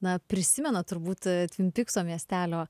na prisimena turbūt tvin pikso miestelio